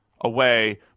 away